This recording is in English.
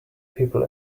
people